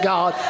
God